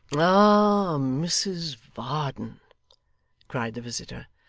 ah, mrs varden cried the visitor.